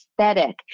aesthetic